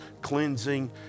cleansing